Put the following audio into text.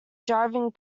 driving